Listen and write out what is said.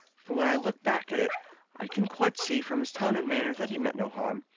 for when i look back at it i can quite see from his tone and manner that he meant no harm.